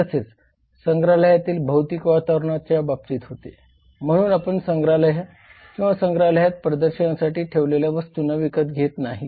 तसेच संग्रहालयातील भौतिक वातावरणाच्या बाबतीत होते म्हणून आपण संग्रहालय किंवा संग्रहालयात प्रदर्शनासाठी ठेवलेल्या वस्तुंना विकत घेत नाहीत